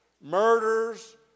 murders